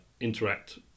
interact